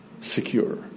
secure